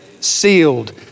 sealed